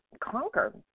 conquer